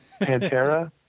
Pantera